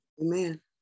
amen